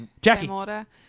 Jackie